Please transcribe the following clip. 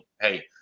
hey